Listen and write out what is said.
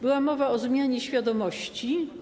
Była mowa o zmianie świadomości.